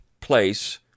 place